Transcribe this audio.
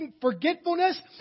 forgetfulness